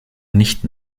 nicht